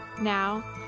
Now